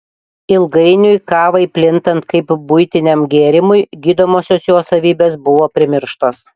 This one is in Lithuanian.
ilgainiui kavai plintant kaip buitiniam gėrimui gydomosios jos savybės buvo primirštos